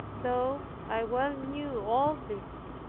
though i well knew all this,